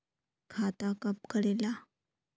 खाता कब करेला?